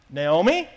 Naomi